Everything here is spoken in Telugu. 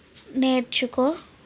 నేర్చుకో